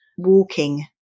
walking